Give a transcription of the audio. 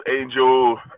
Angel